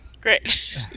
Great